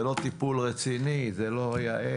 זה לא טיפול רציני, זה לא יאה.